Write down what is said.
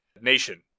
nation